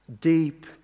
deep